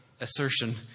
assertion